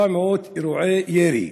400 אירועי ירי,